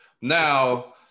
Now